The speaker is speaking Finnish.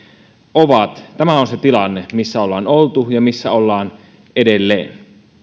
ovat tämä on se tilanne missä ollaan oltu ja missään ollaan edelleen